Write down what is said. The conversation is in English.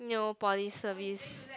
nail polish service